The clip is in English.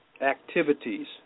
activities